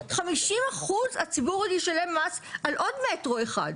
50% ישלם מס על עוד מטרו אחד.